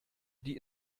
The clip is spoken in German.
die